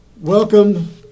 Welcome